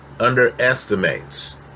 underestimates